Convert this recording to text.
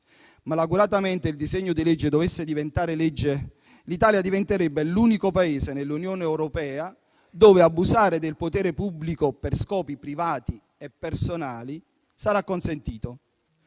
malauguratamente il disegno di legge dovesse diventare legge, l'Italia diventerebbe l'unico Paese dell'Unione europea dove abusare del potere pubblico per scopi privati e personali sarà consentito.